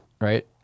right